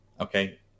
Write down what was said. okay